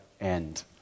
end